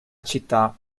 città